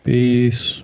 Peace